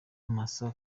masa